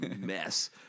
mess